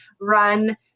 run